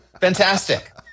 Fantastic